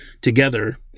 together